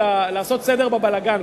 לעשות סדר בבלגן,